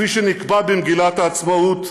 כפי שנקבע במגילת העצמאות,